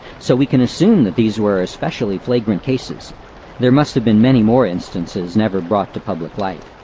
so we can assume that these were especially flagrant cases there must have been many more instances never brought to public light.